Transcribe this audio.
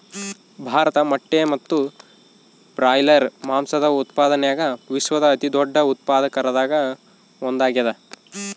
ಭಾರತ ಮೊಟ್ಟೆ ಮತ್ತು ಬ್ರಾಯ್ಲರ್ ಮಾಂಸದ ಉತ್ಪಾದನ್ಯಾಗ ವಿಶ್ವದ ಅತಿದೊಡ್ಡ ಉತ್ಪಾದಕರಾಗ ಒಂದಾಗ್ಯಾದ